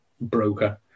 broker